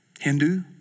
Hindu